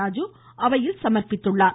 ராஜீ அவையில் சமர்ப்பித்தார்